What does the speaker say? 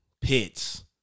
pits